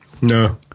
No